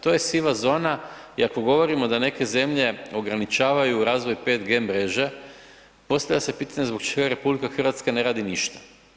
To je siva zona i ako govorimo da neke zemlje ograničavaju razvoj 5G mreže postavlja se pitanje zbog čega RH ne radi ništa?